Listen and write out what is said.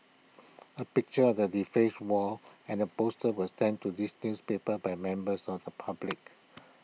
A picture of the defaced wall and the posters was sent to this newspaper by members of the public